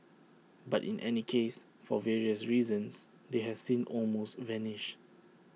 but in any case for various reasons they have since almost vanished